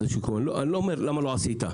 אני לא אומר למה לא עשית,